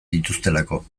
dituztelako